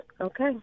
Okay